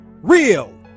real